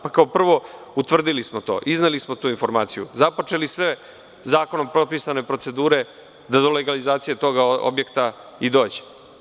Kao prvo, utvrdili smo to, izneli smo tu informaciju, započeli sve zakonom propisane procedure da do legalizacije tog objekta i dođe.